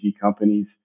companies